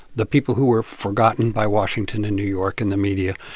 the people who were forgotten by washington and new york and the media.